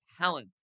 talent